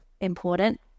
important